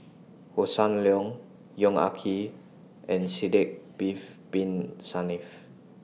Hossan Leong Yong Ah Kee and Sidek Bin Saniff